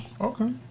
Okay